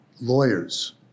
lawyers